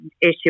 issue